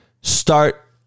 start